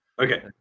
Okay